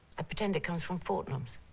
i pretend it comes from fortnum's.